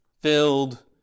filled